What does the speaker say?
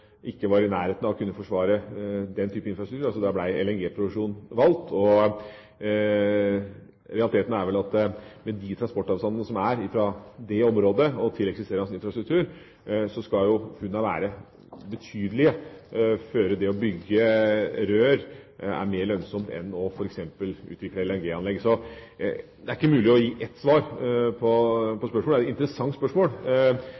ikke var i nærheten av å kunne forsvare den type infrastruktur, og da ble altså LNG-produksjon valgt. Realiteten er vel at med de transportavstandene som er fra dette området og til eksisterende infrastruktur, skal funnene være betydelige før det å bygge rør er mer lønnsomt enn f.eks. å utvikle LNG-anlegg. Så det er ikke mulig å gi ett svar på